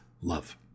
Love